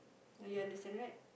now you understand right